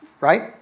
Right